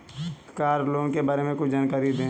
Car loan के बारे में कुछ जानकारी दें?